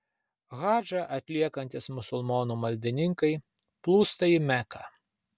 hadžą atliekantys musulmonų maldininkai plūsta į meką